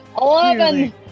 eleven